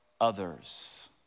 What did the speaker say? others